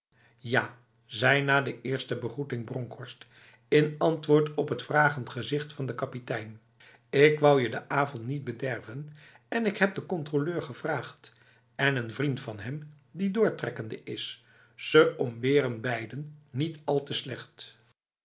ja zei na de eerste begroeting bronkhorst in antwoord op het vragend gezicht van de kapitein ik wou je de avond niet bederven en heb de controleur gevraagd en een vriend van hem die doortrekkende is ze homberen beiden niet al te slechtf